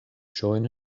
join